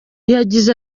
yagize